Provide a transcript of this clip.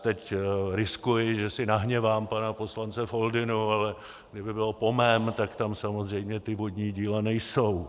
Teď riskuji, že si nahněvám pana poslance Foldynu, ale kdyby bylo po mém, tak tam samozřejmě ta vodní díla nejsou.